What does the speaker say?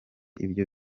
ibyo